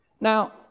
Now